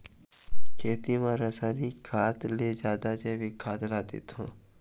खेती म रसायनिक खाद ले जादा जैविक खाद ला देथे